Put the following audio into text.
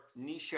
Nisha